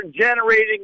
generating